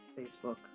Facebook